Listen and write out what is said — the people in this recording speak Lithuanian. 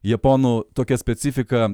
japonų tokia specifika